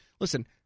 Listen